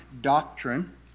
doctrine